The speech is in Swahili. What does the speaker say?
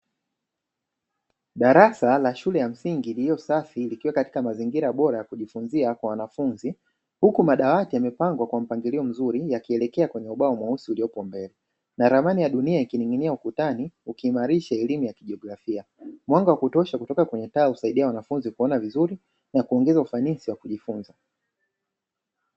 Darasa la shule ya msingi lililosafi likiwa katika mazingira bora ya kujifunzia kwa wanafunzi. Huku madawati yamepangwa kwa mpangilio mzuri yakielekea kwenye ubao mweusi uliopo mbele na ramani ya dunia ikining'inia ukutani ukiimarisha elimu ya kijiografia. Mwanga wa kutosha kutoka kwenye taa husaidie wanafunzi kuona vizuri na kuongeza ufanisi wa kujifunza.